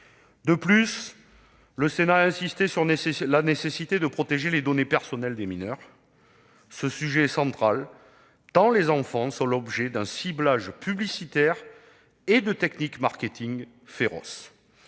De plus, le Sénat a insisté sur la nécessité de protéger les données personnelles des mineurs. Ce sujet est central tant les enfants font l'objet d'un ciblage publicitaire et de techniques de marketing féroces.